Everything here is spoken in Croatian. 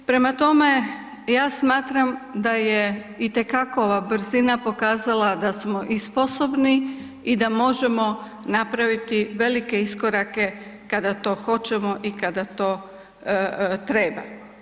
Prema tome, ja smatram da je itekako ova brzina pokazala da smo i sposobni i da možemo napraviti velike iskorake kada to hoćemo i kada to treba.